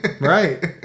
right